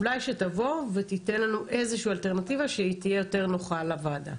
אולי שתבוא ותיתן לנו איזה שהיא אלטרנטיבה שהיא תהיה יותר נוחה לוועדה.